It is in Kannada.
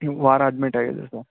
ವಾರ ಅಡ್ಮಿಟ್ ಆಗಿದ್ದೆ ಸರ್